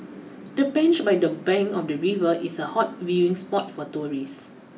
the bench by the bank of the river is a hot viewing spot for tourists